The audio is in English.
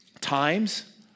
times